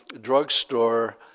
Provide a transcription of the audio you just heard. drugstore